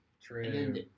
True